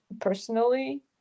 personally